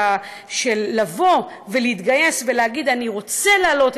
של לבוא ולהתגייס ולהגיד: אני רוצה להעלות